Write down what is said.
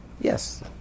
yes